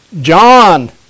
John